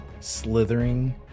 slithering